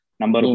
number